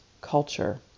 culture